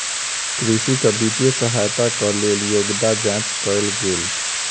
कृषक वित्तीय सहायताक लेल योग्यता जांच कयल गेल